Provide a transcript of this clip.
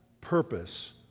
purpose